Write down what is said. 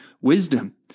wisdom